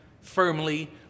firmly